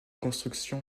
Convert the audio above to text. construction